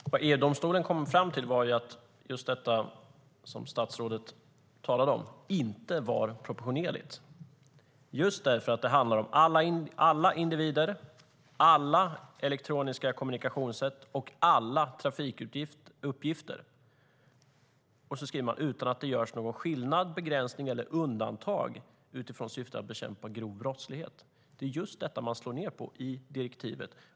Fru talman! Vad EU-domstolen kom fram till var just detta som statsrådet talade om, nämligen att detta inte var proportionerligt just därför att det handlar om alla individer, alla elektroniska kommunikationssätt och alla trafikuppgifter. Man skriver: "utan att det görs någon skillnad, begränsning eller undantag utifrån syftet att bekämpa grov brottslighet." Det är just detta som man slår ned på i direktivet.